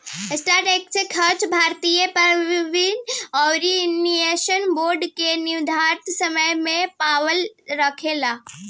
stock exchange भारतीय प्रतिभूति अउरी विनिमय बोर्ड के निर्देशित नियम के पालन करेला